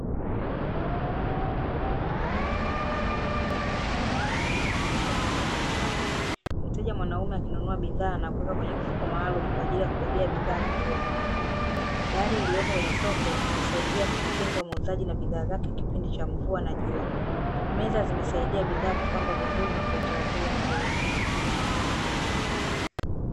Soko lenye bidhaa mbalimbali kwa ajili ya matumizi ya chakula majumbani. Mteja mwanaume akinunua bidhaa na kuweka kwenye mfuko maalumu kwa ajili ya kubebea bidhaa atakazozinunua. Dari iliyopo kwenye soko, husaidia kujikinga muuzaji na bidhaa zake kipindi cha mvua na jua. Meza zimesaidia bidhaa kupangwa vizuri na kwa utaratibu mzuri.